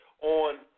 on